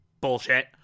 Bullshit